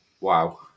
Wow